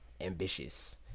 Ambitious